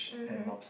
mmhmm